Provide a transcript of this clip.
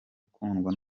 ukundwa